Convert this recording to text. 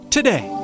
Today